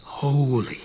Holy